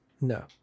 No